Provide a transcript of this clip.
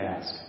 ask